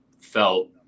felt